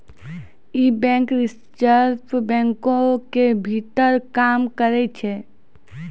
इ bank reserve बैंको के भीतर काम करै छै